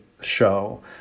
show